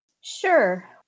Sure